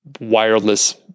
wireless